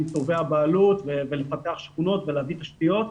תובעי הבעלות ולפתח שכונות ולהביא תשתיות.